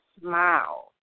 smile